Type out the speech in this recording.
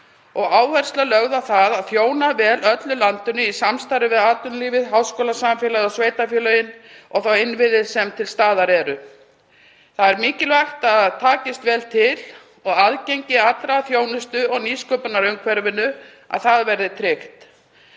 og áhersla lögð á að þjóna vel öllu landinu í samstarfi við atvinnulífið, háskólasamfélagið og sveitarfélögin og þá innviði sem til staðar eru. Það er mikilvægt að takist vel til og aðgengi allra að þjónustu- og nýsköpunarumhverfinu verði tryggt.